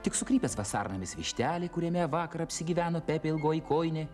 tik sukrypęs vasarnamis vištelė kuriame vakar apsigyveno pepė ilgoji kojinė